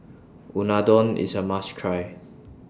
Unadon IS A must Try